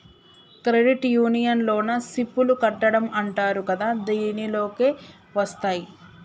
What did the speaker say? credit union లోన సిప్ లు కట్టడం అంటరు కదా దీనిలోకే వస్తాయ్